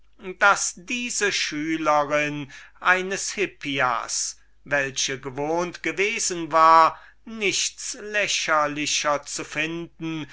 daß diese schülerin des hippias welche gewohnt gewesen war nichts lächerlichers zu finden